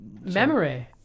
memory